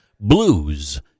blues